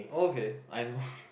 oh okay I know